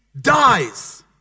dies